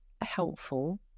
helpful